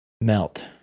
melt